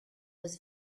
was